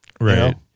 right